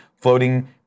floating